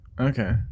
Okay